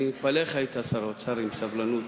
אני מתפלא איך היית שר האוצר עם סבלנות.